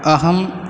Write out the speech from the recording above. अहं